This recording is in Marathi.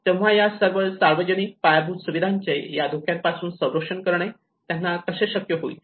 तेव्हा या सर्व सार्वजनिक पायाभूत सुविधांचे या धोक्यांपासून संरक्षण करणे त्यांना कसे शक्य होईल